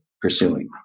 pursuing